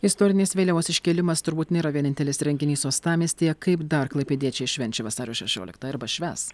istorinės vėliavos iškėlimas turbūt nėra vienintelis renginys uostamiestyje kaip dar klaipėdiečiai švenčia vasario šešioliktą arba švęs